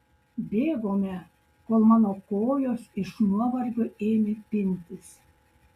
bėgome kol mano kojos iš nuovargio ėmė pintis